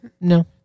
No